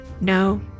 no